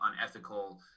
unethical